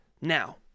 Now